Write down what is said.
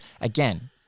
again